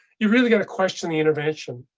you really gotta question the intervention.